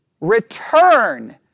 return